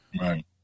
Right